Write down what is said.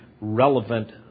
relevant